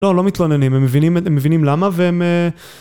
לא, לא מתלוננים, הם מבינים למה והם...